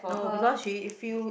no because she feel